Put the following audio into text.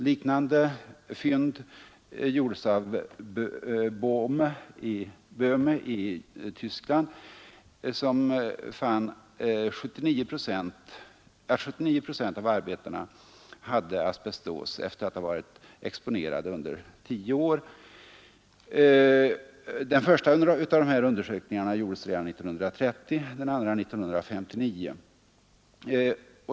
Liknande fynd gjordes av Böhme i Tyskland som fann att 79 procent av arbetarna hade asbestos efter att ha varit exponerade under 10 år. Den förstnämnda av dessa undersökningar gjordes redan 1930, den andra 1959.